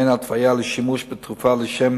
ואין התוויה לשימוש בתרופה לשם